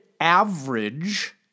average